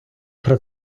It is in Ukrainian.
про